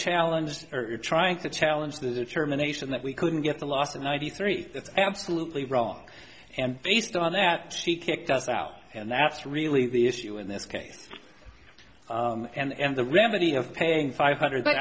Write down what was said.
challenge or trying to challenge the determination that we couldn't get the loss of ninety three that's absolutely wrong and based on that she kicked us out and that's really the issue in this case and the remedy of paying five hundred but